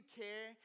care